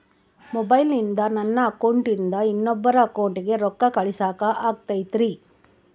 ಮೊಬೈಲಿಂದ ನನ್ನ ಅಕೌಂಟಿಂದ ಇನ್ನೊಬ್ಬರ ಅಕೌಂಟಿಗೆ ರೊಕ್ಕ ಕಳಸಾಕ ಆಗ್ತೈತ್ರಿ?